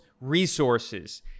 resources